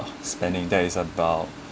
spending days about